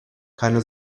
keine